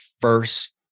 first